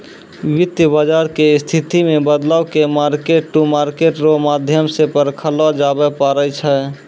वित्त बाजार के स्थिति मे बदलाव के मार्केट टू मार्केट रो माध्यम से परखलो जाबै पारै छै